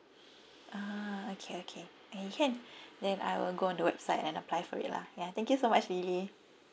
ah okay okay okay can then I will go on the website and apply for it lah ya thank you so much lily